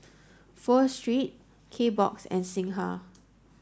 Pho Street Kbox and Singha